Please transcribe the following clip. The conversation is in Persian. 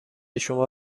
شما